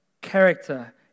Character